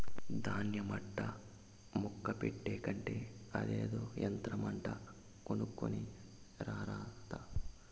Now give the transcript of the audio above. దాన్య మట్టా ముక్క పెట్టే కంటే అదేదో యంత్రమంట కొనుక్కోని రారాదా